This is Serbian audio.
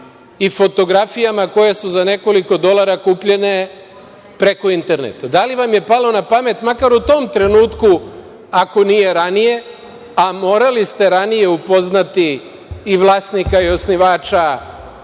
i fotografijama koje su za nekoliko dolara kupljene preko interneta? Da li vam je palo na pamet makar u tom trenutku, ako nije ranije, a morali ste ranije upoznati i vlasnika i osnivača